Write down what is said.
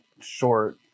short